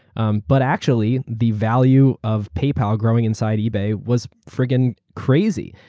um but actually, the value of paypal growing inside ebay was freaking crazy.